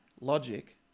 logic